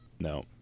No